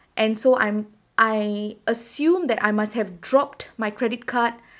and so I'm I assume that I must have dropped my credit card